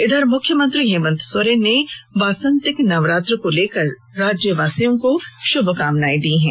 इधर मुख्यमंत्री हेमंत सोरेन ने वासंतिक नवरात्र को लेकर राज्यवासियों को शुभकामनायें दी है